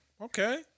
Okay